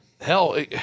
hell